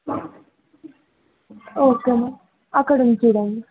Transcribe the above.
okay ma'am అక్కడ ఉంది చూడండి